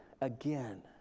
again